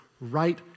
right